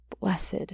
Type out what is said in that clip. Blessed